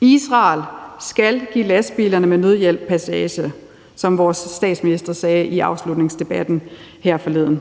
Israel skal give lastbilerne med nødhjælp passage, som vores statsminister sagde i afslutningsdebatten her forleden.